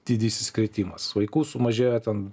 didysis kritimas vaikų sumažėjo ten